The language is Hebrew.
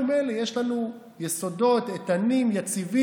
אנחנו מילא, יש לנו יסודות איתנים ויציבים.